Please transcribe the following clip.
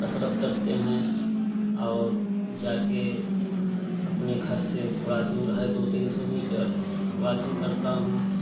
कसरत करते हैं और जाकर अपने घर से थोड़ा दूर है दो तीन सौ मीटर वॉकिंग करता हूँ